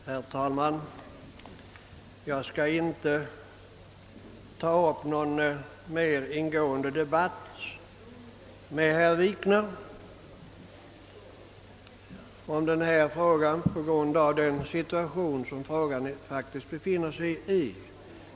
Herr talman! Jag skall inte ta upp någon ingående debatt med herr Wikner om denna fråga på grund av det läge frågan faktiskt befinner sig i.